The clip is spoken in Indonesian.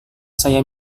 saya